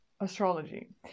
Astrology